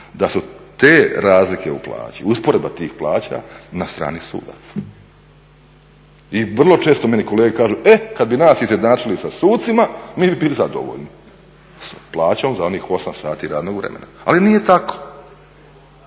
da su te razlika u plaći, usporedba tih plaća na strani sudaca. I vrlo često meni kolege kažu, e kada bi nas izjednačili sa sucima mi bi bili zadovoljni, plaćom za onih 8 sati radnog vremena. ali nije tako.